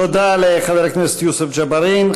תודה לחבר הכנסת יוסף ג'בארין.